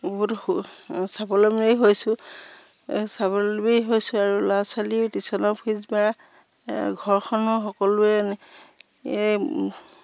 বহুতো স্বাৱলম্বী হৈছোঁ স্বাৱলম্বী হৈছোঁ আৰু ল'ৰা ছোৱালীও টিউশ্যনৰ ফিজ বা ঘৰখনো সকলোৱে